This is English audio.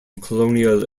colonial